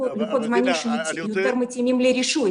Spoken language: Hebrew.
לוחות זמנים שיותר מתאימים לרישוי.